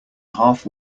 half